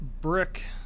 brick